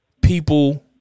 people